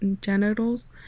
genitals